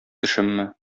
төшемме